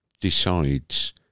Decides